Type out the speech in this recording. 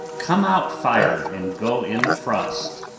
come out fire and go in frost.